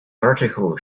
article